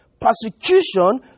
persecution